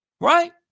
Right